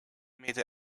made